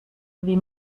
wie